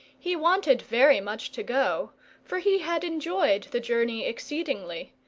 he wanted very much to go for he had enjoyed the journey exceedingly,